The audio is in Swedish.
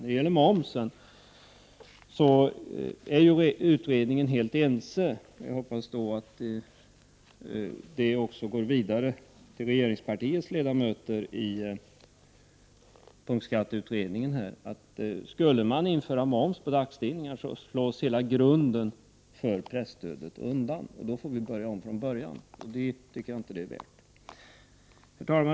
I fråga om moms är utredningen helt ense. Jag hoppas att det förs vidare till regeringspartiets ledamöter i punktskatteutredningen att om man skulle införa moms på dagstidningar slås hela grunden för presstödet undan. Då får vi börja om från början, och det tycker jag inte det är värt. Herr talman!